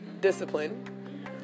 discipline